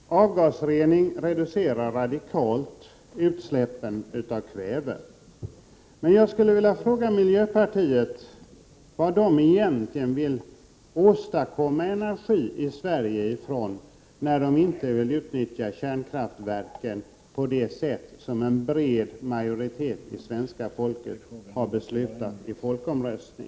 Herr talman! Avgasrening reducerar radikalt utsläppen av kväve. Men jag skulle vilja fråga miljöpartiet av vad det egentligen vill åstadkomma energi i Sverige, när det inte vill utnyttja kärnkraftverken på det sätt som en bred majoritet av svenska folket har beslutat i folkomröstning.